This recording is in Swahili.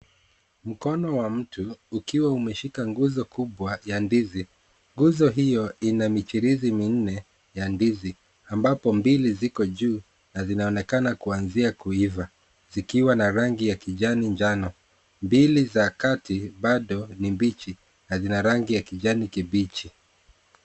Mkono wa mtu, ukiwa umeshika nguzo kubwa ya ndizi, nguzo hiyo ina michirizi minne ya ndizi, ambapo mbili ziko juu na zinaonekana kuanzia kuiva, zikiwa na rangi ya kijani njano, mbili za kati, bado, ni mbichi na zina rangi ya kijani kibichi.